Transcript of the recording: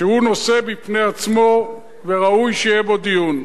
וזה נושא בפני עצמו וראוי שיהיה בו דיון.